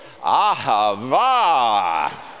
Ahava